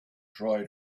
try